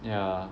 yeah